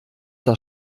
das